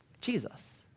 Jesus